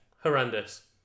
horrendous